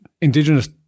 Indigenous